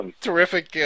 Terrific